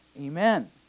Amen